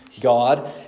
God